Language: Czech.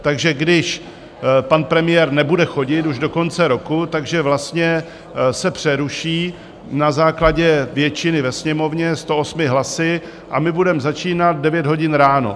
Takže když pan premiér nebude chodit už do konce roku, tak se vlastně přeruší na základě většiny ve Sněmovně, 108 hlasy, a my budeme začínat v 9 hodin ráno.